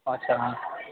અછા હા